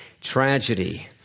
tragedy